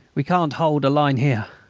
we can't hold a line here.